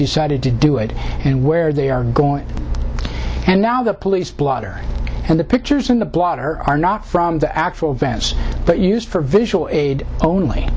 decided to do it and where they are going and now the police blotter and the pictures in the blotter are not from the actual events but used for visual aid only